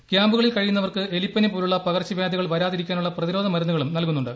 ക്യാമ്പുകളിൽ കഴിയുന്നവർക്ക് എലിപ്പനി പോലുള്ള പകർച്ച വ്യാധികൾ വരാതിരിക്കാനുള്ള പ്രതിരോധ മരുന്നുകളും നൽകുന്നുണ്ട്